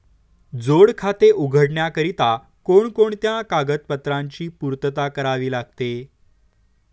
जोड खाते उघडण्याकरिता कोणकोणत्या कागदपत्रांची पूर्तता करावी लागते?